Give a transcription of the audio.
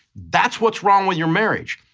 that's what's wrong with your marriage,